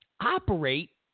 operate